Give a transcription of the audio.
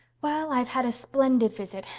well, i've had a splendid visit,